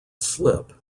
slip